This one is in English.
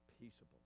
peaceable